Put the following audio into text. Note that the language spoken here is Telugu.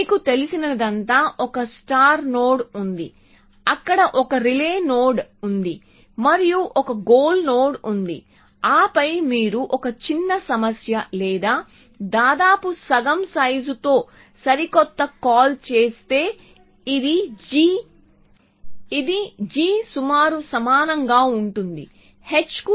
మీకు తెలిసినదంతా ఒక స్టార్ట్ నోడ్ ఉంది అక్కడ ఒక రిలే నోడ్ ఉంది మరియు ఒక గోల్ నోడ్ ఉంది ఆపై మీరు ఒక చిన్న సమస్య లేదా దాదాపు సగం సైజుతో సరికొత్త కాల్ చేస్తే ఇది g సుమారు సమానంగా ఉంటుంది h కు